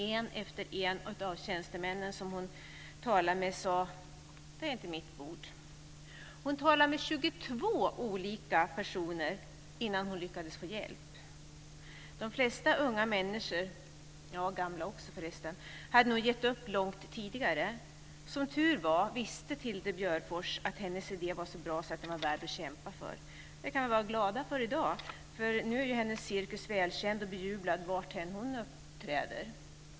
En efter en av tjänstemännen som hon talade med sade: Det är inte mitt bord! Hon talade med 22 olika personer innan hon lyckades få hjälp. De flesta unga människor - gamla också, förresten - hade nog gett upp långt tidigare. Som tur var visste Tilde Björfors att hennes idé var så bra att den var värd att kämpa för. Det kan vi vara glada för i dag, för nu är hennes cirkus välkänd och bejublad var hon är uppträder.